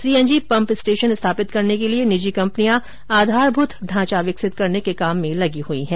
CNG pump station स्थापित करने के लिए निजी कंपनियां आधारभूत ढांचा विकसित करने के काम लगी हुयी है